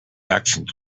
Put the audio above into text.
actions